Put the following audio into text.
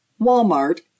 Walmart